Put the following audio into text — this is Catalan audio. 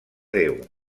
déu